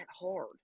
hard